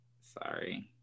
Sorry